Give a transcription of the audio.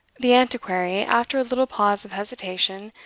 the antiquary after a little pause of hesitation,